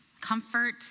comfort